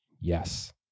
Yes